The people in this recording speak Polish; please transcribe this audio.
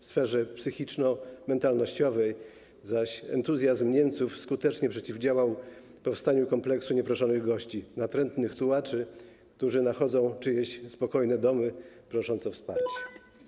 W sferze psychiczno-mentalnościowej zaś entuzjazm Niemców skutecznie przeciwdziałał powstaniu kompleksu „nieproszonych gości”, natrętnych tułaczy, którzy nachodzą czyjeś spokojne domy, prosząc o wsparcie.